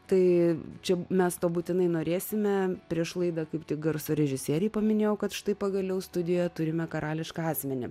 tai čia mes to būtinai norėsime prieš laidą kaip garso režisieriai paminėjo kad štai pagaliau studijoje turime karališką asmenį